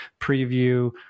preview